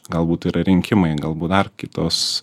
galbūt tai yra rinkimai galbūt dar kitos